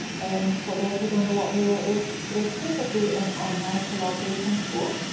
and for those who don't know what mural is, it is basically an online collaboration tool.